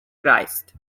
christ